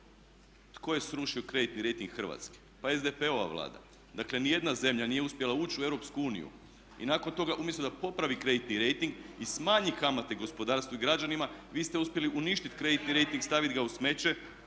Tko je srušio kreditni rejting Hrvatske? Pa SDP-ova Vlada. Dakle, ni jedna zemlja nije uspjela ući u EU i nakon toga umjesto da popravi kreditni rejting i smanji kamate gospodarstvu i građanima vi ste uspjeli uništiti kreditni rejting, stavit ga u smeće